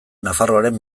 nafarroaren